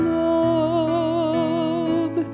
love